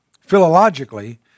Philologically